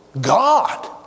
God